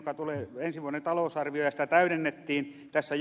se tulee ensi vuoden talousarvioon ja sitä täydennettiin tässä